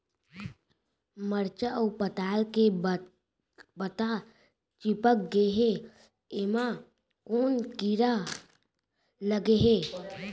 मरचा अऊ पताल के पत्ता चिपक गे हे, एमा कोन कीड़ा लगे है?